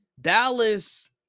Dallas